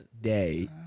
day